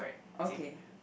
okay